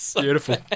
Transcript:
Beautiful